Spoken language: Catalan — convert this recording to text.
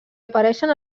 apareixen